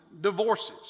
divorces